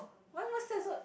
why what's that so